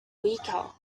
weaker